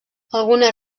algunes